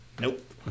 Nope